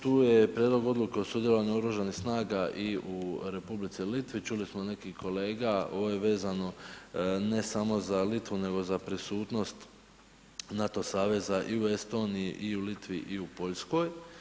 Tu je prijedlog odluke o sudjelovanju oružanih snaga i u Republici Litvi, čuli smo od nekih kolega ovo je vezano ne samo za Litvu, nego za prisutnost NATO saveza i u Estoniji i u Litvi i u Poljskoj.